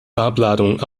farbladung